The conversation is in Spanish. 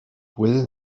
puede